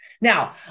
Now